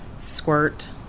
squirt